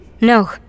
No